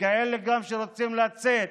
וגם כאלה שרוצים לצאת